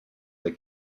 der